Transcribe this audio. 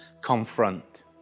confront